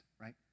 right